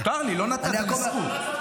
מותר לי, לא נתת לי זכות.